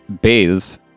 bathes